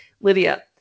Lydia